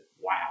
Wow